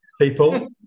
people